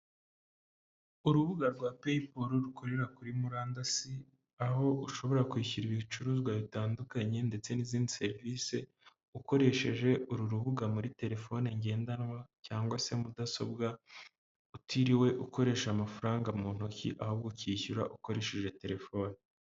Urubuga rwa PayPal rukorera kuri murandasi, aho ushobora kwishyura ibicuruzwa bitandukanye ndetse n'izindi serivisi, ukoresheje uru rubuga muri telefone ngendanwa cyangwa se mudasobwa, utiriwe ukoresha amafaranga mu ntoki ahubwo ukishyura ukoresheje telefoni.